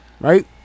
Right